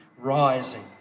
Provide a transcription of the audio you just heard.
rising